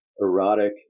erotic